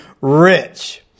rich